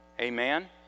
Amen